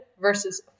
versus